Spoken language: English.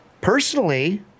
personally